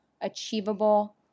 achievable